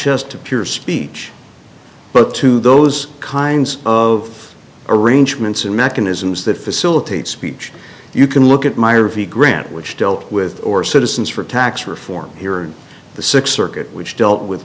just to peers speech but to those kinds of arrangements and mechanisms that facilitate speech you can look at meyer v grant which dealt with or citizens for tax reform here in the sixth circuit which dealt with